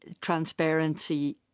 transparency